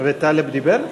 טלב דיבר?